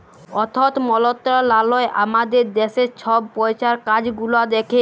অথ্থ মলত্রলালয় আমাদের দ্যাশের ছব পইসার কাজ গুলা দ্যাখে